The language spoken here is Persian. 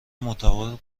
مطابق